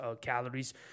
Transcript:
calories